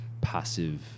passive